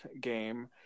game